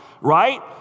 right